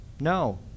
No